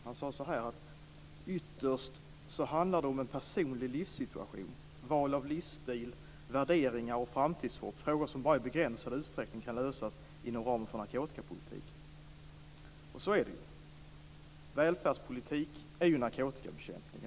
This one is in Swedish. Han sade så här: "Ytterst handlar det om personlig livssituation, val av livsstil, värderingar och framtidshopp - frågor som bara i begränsad utsträckning kan lösas inom ramen för narkotikapolitiken." Och så är det ju. Välfärdspolitik är ju narkotikabekämpning.